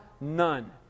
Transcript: none